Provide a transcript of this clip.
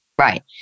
Right